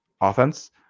offense